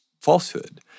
falsehood